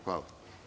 Hvala.